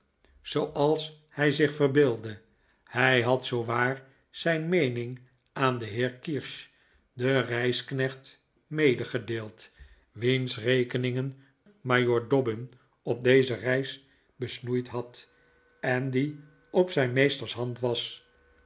zooals hij zich verbeeldde hij had zoowaar zijn meening aan den heer kirsch den reisknecht medegedeeld wiens rekeningen majoor dobbin op deze reis besnoeid had en die op zijn meesters hand was